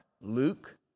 Luke